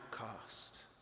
outcast